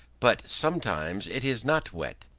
but sometimes it is not wet,